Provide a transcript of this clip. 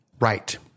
right